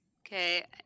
Okay